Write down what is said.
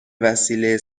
وسیله